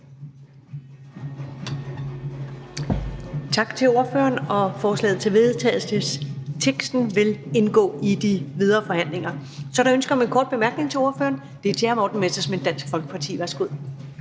Tak til ordføreren. Og forslaget til vedtagelse vil indgå i de videre forhandlinger. Så er der ønske om en kort bemærkning til ordføreren, og det er fra hr. Morten Messerschmidt, Dansk Folkeparti. Værsgo.